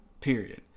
Period